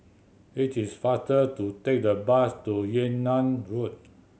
it is faster to take the bus to Yunnan Road